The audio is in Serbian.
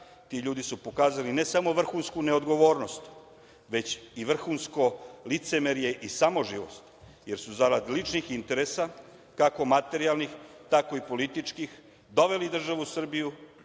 Ti ljudi su pokazali ne samo vrhunsku neodgovornost, već i vrhunsko licemerje i samoživost, jer su zarad ličnih interesa, kako materijalnih, tako i političkih doveli državu Srbiju